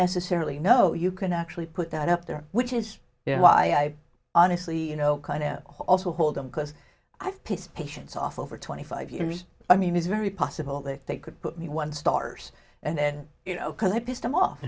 necessarily know you can actually put that up there which is why honestly you know also hold on because i've pissed patients off over twenty five years i mean it's very possible that they could put me one stars and then you know because i pissed him off